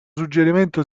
suggerimento